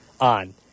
on